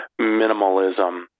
minimalism